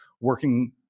working